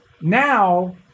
now